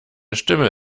stimme